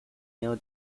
know